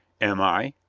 am i?